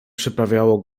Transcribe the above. przyprawiało